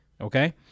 Okay